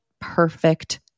perfect